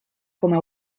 coma